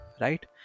right